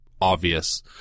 obvious